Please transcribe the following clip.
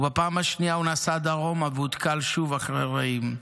ובפעם השנייה הוא נסע דרומה והותקל שוב אחרי רעים.